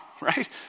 right